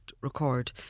record